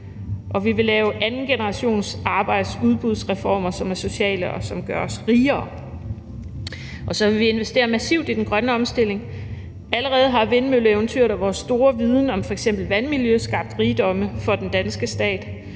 vi vil lave andengenerationsarbejdsudbudsreformer, som er sociale, og som gør os rigere. Så vil vi også investere massivt i den grønne omstilling. Allerede har vindmølleeventyret og vores store viden om f.eks. vandmiljø skabt rigdomme for den danske stat.